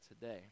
today